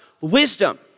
wisdom